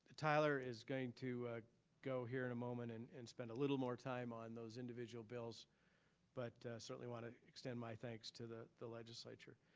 tyler is going to go here in a moment and and spend a little more time on those individual bills but certainly wanna extend my thanks to the the legislature.